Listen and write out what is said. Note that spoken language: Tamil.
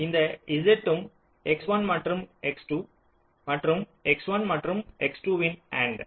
இந்த Z ம் X1 மற்றும் X2 மற்றும் X1 மற்றும் X2 வின் அண்ட்